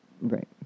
Right